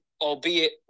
albeit